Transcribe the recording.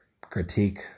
critique